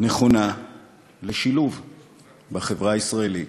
נכונה לשילוב בחברה הישראלית,